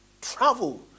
Travel